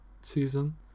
season